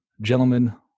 Gentlemen